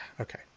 Okay